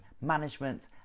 management